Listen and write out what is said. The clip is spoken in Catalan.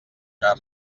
car